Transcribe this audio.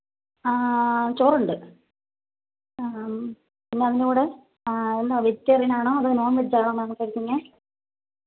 ചോറുണ്ട് പിന്നതിൻ്റെ കൂടെ വെജിറ്റേറിയനാണോ അതോ നോൺ വെജ്ജാണോ മാം കഴിക്കുന്നത്